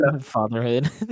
fatherhood